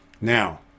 Now